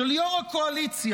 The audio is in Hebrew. של יו"ר הקואליציה,